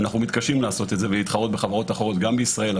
אנחנו מתקשים לעשות את זה ולהתחרות בחברות אחרות גם בישראל,